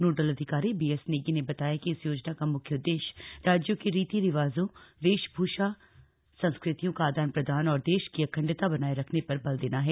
nodal अधिकारी BS Negi ने बताया कि इस योजना का मुख्य उद्देश्य राज्यों की रीति रिवाजों वेशभूषा संस्कृतियों का आदान प्रदान और देश की अखंडता बनाए रखने पर बल देना है